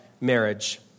marriage